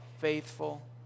faithful